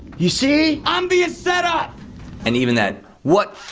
you see, i'm being set up and even that what?